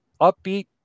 upbeat